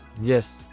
Yes